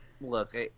Look